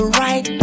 right